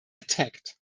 attacked